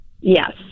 Yes